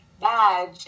Badge